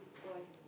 why